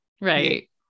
right